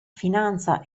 finanza